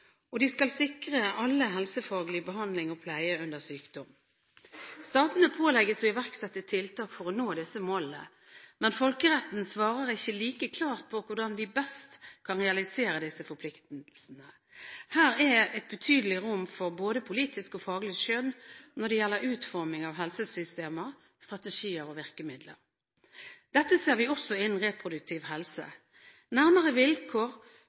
og de skal sikre alle helsefaglig behandling og pleie under sykdom. Statene pålegges å iverksette tiltak for å nå disse målene, men folkeretten svarer ikke like klart på hvordan vi best kan realisere disse forpliktelsene. Her er et betydelig rom for både politisk og faglig skjønn når det gjelder utforming av helsesystemer, strategier og virkemidler. Dette ser vi også innen reproduktiv helse. Nærmere vilkår